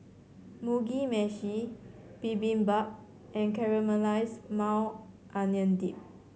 Mugi Meshi Bibimbap and Caramelized Maui Onion Dip